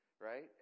Right